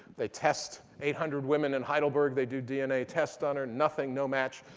they test eight hundred women in heidelberg. they do dna test on her nothing, no match.